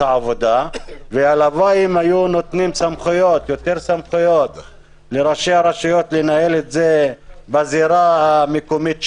והלוואי שהיו נותנים להם יותר סמכויות לנהל את זה בזירה המקומית שלהם.